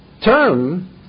term